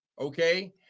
okay